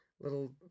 little